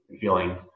feeling